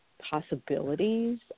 possibilities